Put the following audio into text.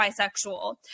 bisexual